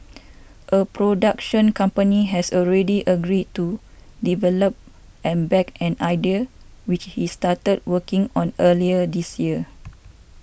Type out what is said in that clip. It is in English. a production company has already agreed to develop and back an idea which he started working on earlier this year